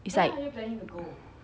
it's like